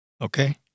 Okay